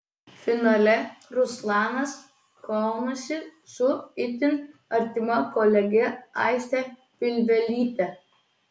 finale ruslanas kaunasi su itin artima kolege aiste pilvelyte